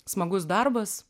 smagus darbas